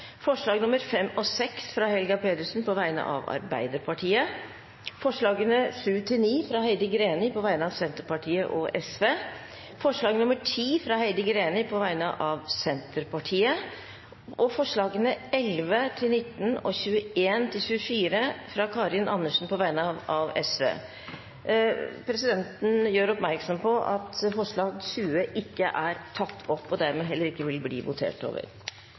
forslag nr. 4, fra Helga Pedersen på vegne av Arbeiderpartiet og Sosialistisk Venstreparti forslagene nr. 5 og 6, fra Helga Pedersen på vegne av Arbeiderpartiet forslagene nr. 7–9, fra Heidi Greni på vegne av Senterpartiet og Sosialistisk Venstreparti forslag nr. 10, fra Heidi Greni på vegne av Senterpartiet forslagene nr. 11–19 og 21–24, fra Karin Andersen på vegne av Sosialistisk Venstreparti Presidenten gjør oppmerksom på at forslag nr. 20 ikke er tatt opp, og dermed heller ikke vil bli votert over.